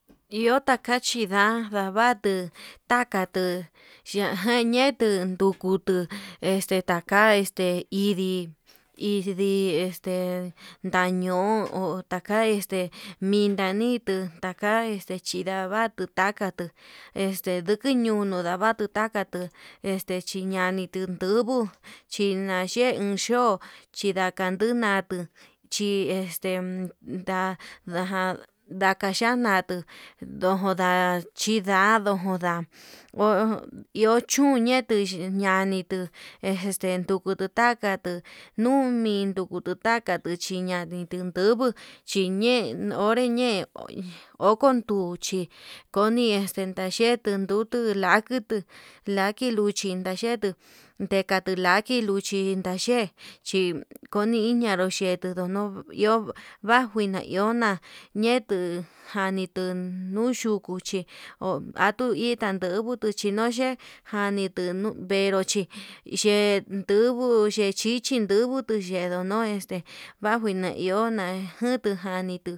Iho takachi nda'a ndavatuu takatu chajan ñe'etu tukutu este taka este idii idii este, ndaño'o ho taka este minanditu taka este chidavatu takatu este dikiñunu ndavatu takatu este chíñani tundubuu, chinan ye'e hi yo'ó chindaka nun ndatuu chi este ndá ndaja ndakaxhia natuu ndojan chindadu, ojondan ehu hu chú ñetuu xhiñanitu este nduku tuu takatu nunmin ndukutu takatu chin ñamii xhindugu xhiñe onré ñe'e, okon nduchí koni este tandee tundutu lakutu laki luchi chanyetu ndekatu laki luchí ndache'e chikoni iñanro che'e tuduu no iho bajuu kuina iho na'a, ñetuu janitu ndun nduku che'e ho atuu ndikan ndujutu chinoi ye'e nanitu no'o venruchí, xhe'e ndunguu xhe chichi ndutu xhendó no este huajo na iona'a njutu janitu